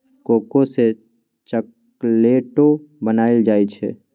cocoa सँ चाकलेटो बनाइल जाइ छै